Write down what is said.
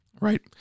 Right